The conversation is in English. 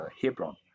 Hebron